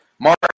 Mark